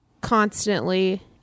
constantly